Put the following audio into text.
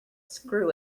screw